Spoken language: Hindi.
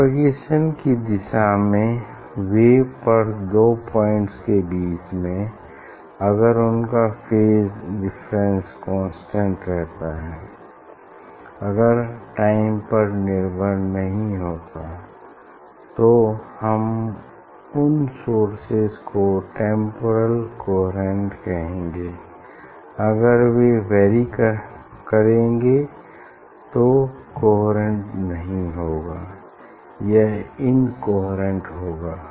प्रपोगेशन की दिशा में वेव पर दो पॉइंट्स के बीच में अगर उनका फेज डिफरेंस कांस्टेंट रहता है अगर टाइम पर निर्भर नहीं होता तो हम उन सोर्सेज को टेम्पोरल कोहेरेंट कहते हैं अगर ये वैरी करेगा तो कन्हेरेंट नहीं होगा यह इनकोहेरेंट होगा